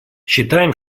считаем